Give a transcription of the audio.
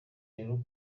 rero